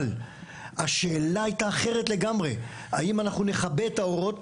אבל השאלה הייתה אחרת לגמרי: האם אנחנו נכבה את האורות